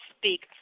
speak